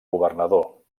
governador